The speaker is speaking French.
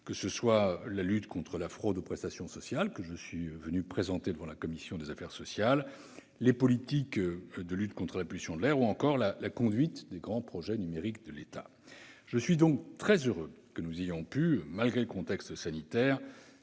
que ce soit sur la lutte contre la fraude aux prestations sociales- je suis venu la présenter devant la commission des affaires sociales -, les politiques de lutte contre la pollution de l'air ou encore la conduite des grands projets numériques de l'État. Je suis donc très heureux que nous ayons pu, malgré le contexte sanitaire,